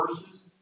verses